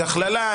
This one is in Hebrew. הכללה,